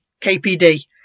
KPD